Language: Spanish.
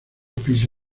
piso